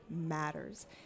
matters